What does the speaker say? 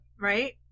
Right